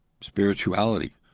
spirituality